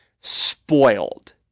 spoiled